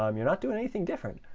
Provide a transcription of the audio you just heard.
um you're not doing anything different,